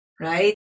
right